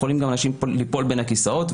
אנשים יכולים ליפול בין הכיסאות,